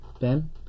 Ben